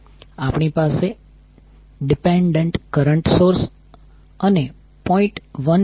આપણી પાસે dependent current source અને 0